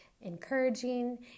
encouraging